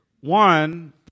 one